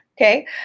Okay